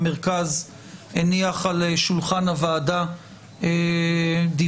המרכז הניח על שולחן הוועדה דיווח